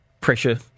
pressure